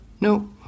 No